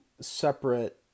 separate